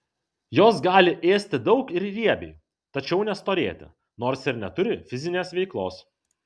jos gali ėsti daug ir riebiai tačiau nestorėti nors ir neturi fizinės veiklos